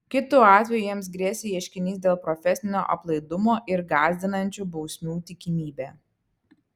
kitu atveju jiems grėsė ieškinys dėl profesinio aplaidumo ir gąsdinančių bausmių tikimybė